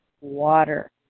water